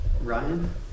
Ryan